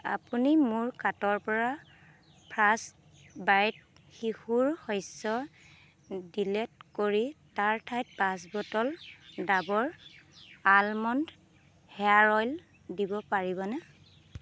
আপুনি মোৰ কাৰ্টৰ পৰা ফাৰ্ষ্ট বাইট শিশুৰ শস্য ডিলিট কৰি তাৰ ঠাইত পাঁচ bottle Dabur almond hair oil দিব পাৰিবনে